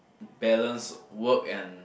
balance work and